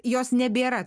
jos nebėra